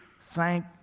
Thank